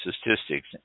statistics